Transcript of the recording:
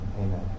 amen